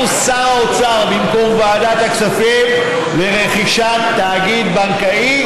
ואישור שר האוצר במקום ועדת הכספים לרכישת תאגיד בנקאי,